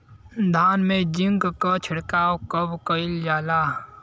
धान में जिंक क छिड़काव कब कइल जाला?